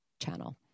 channel